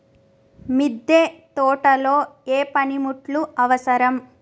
మిద్దె తోటలో ఏ పనిముట్లు అవసరం?